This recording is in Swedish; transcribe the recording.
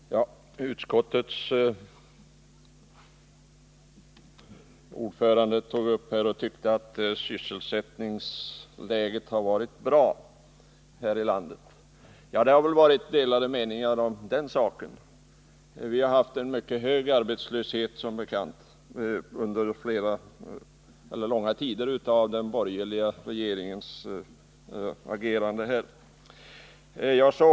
Herr talman! Utskottets ordförande tyckte att sysselsättningsläget har varit bra här i landet. Ja, om den saken har det väl rått delade meningar. Vi har som bekant haft en mycket hög arbetslöshet under långa perioder sedan den borgerliga regeringen började agera.